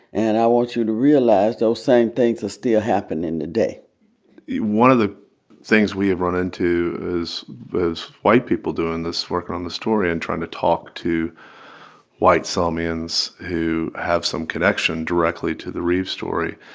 and i want you to realize those same things are still happening today one of the things we have run into is white people doing this, working on the story and trying to talk to white selmians who have some connection directly to the reeb story,